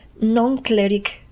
non-cleric